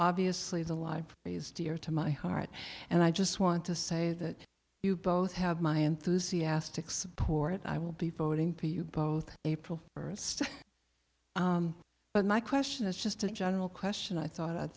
obviously has a lot of is dear to my heart and i just want to say that you both have my enthusiastic support i will be voting for you both april first but my question is just a general question i thought i'd